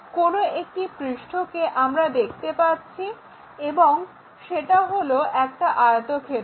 কোনো একটি পৃষ্ঠকে আমরা দেখতে পাচ্ছি এবং সেটা হলো একটা আয়তক্ষেত্র